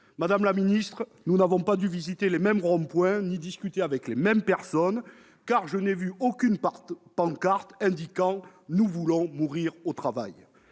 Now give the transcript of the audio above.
Madame la secrétaire d'État, nous n'avons pas dû visiter les mêmes ronds-points ou discuter avec les mêmes personnes, car je n'ai vu quant à moi aucune pancarte affirmant « Nous voulons mourir au travail !